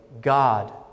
God